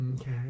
okay